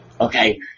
okay